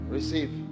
Receive